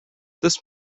this